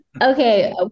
okay